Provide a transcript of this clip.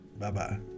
Bye-bye